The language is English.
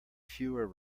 fewer